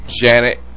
Janet